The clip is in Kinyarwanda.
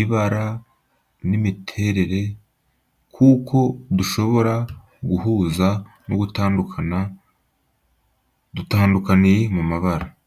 ibara, n’imiterere (shapes). Kuko dushobora guhuza no gutandukana. Dutandukaniye mu mabara.